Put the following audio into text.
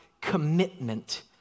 commitment